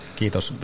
kiitos